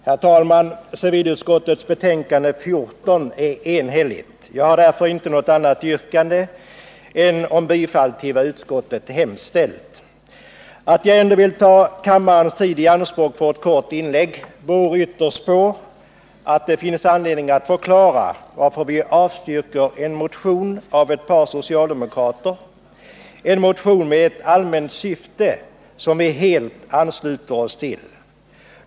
Herr talman! Civilutskottets betänkande nr 14 är enhälligt. Jag har därför inte något annat yrkande än om bifall till vad utskottet hemställt. Att jag ändå vill ta kammarens tid i anspråk för ett kort inlägg beror ytterst på att det finns anledning att förklara varför vi avstyrker en motion av ett par socialdemokrater — en motion med ett allmänt syfte som vi helt ansluter oss till.